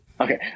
Okay